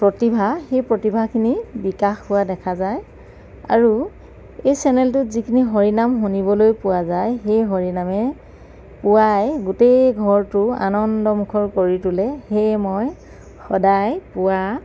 প্ৰতিভা সেই প্ৰতিভাখিনি বিকাশ হোৱা দেখা যায় আৰু এই চেনেলটোত যিখিনি হৰি নাম শুনিবলৈ পোৱা যায় সেই হৰিনামে পুৱাই গোটেই ঘৰটো আনন্দমুখৰ কৰি তোলে সেয়ে মই সদায় পুৱা